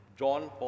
John